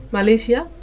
Malaysia